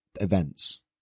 events